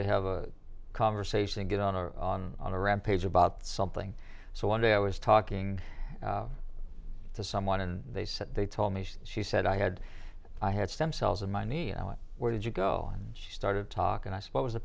to have a conversation and get on a on on a rampage about something so one day i was talking to someone and they said they told me she said i had i had stem cells in my knee i went where did you go and started talking i suppose